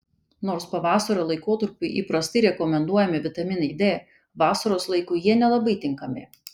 nors pavasario laikotarpiu įprastai rekomenduojami vitaminai d vasaros laikui jie nelabai tinkami